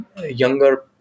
younger